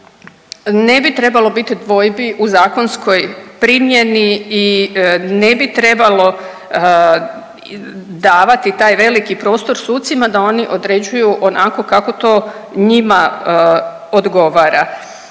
ne bi trebalo biti dvojbi u zakonskoj primjeni i ne bi trebalo davati taj veliki prostor sucima da oni određuju onako kako to njima odgovara.